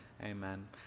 amen